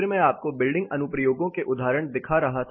फिर मैं आपको बिल्डिंग अनुप्रयोगों के उदाहरण दिखा रहा था